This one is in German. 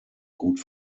gut